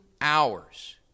hours